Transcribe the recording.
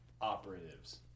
operatives